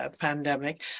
pandemic